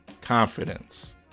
Confidence